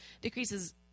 decreases